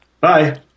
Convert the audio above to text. Bye